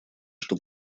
что